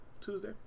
Tuesday